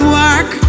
work